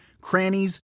crannies